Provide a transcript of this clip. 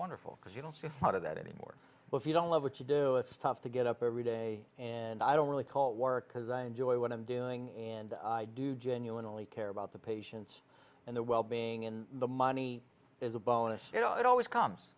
wonderful because you know how do that anymore if you don't love what you do it's tough to get up every day and i don't really call it work because i enjoy what i'm doing and i do genuinely care about the patients and the well being and the money is a bonus you know it always comes